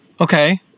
Okay